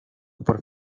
por